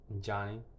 Johnny